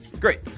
Great